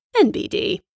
NBD